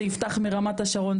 זה יפתח מרמת השרון,